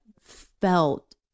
felt